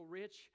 rich